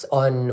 on